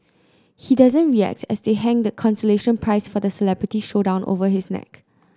he doesn't react as they hang the consolation prize for the celebrity showdown over his neck